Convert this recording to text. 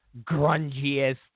grungiest